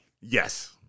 Yes